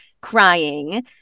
crying